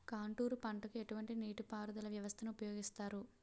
Contour పంటకు ఎటువంటి నీటిపారుదల వ్యవస్థను ఉపయోగిస్తారు?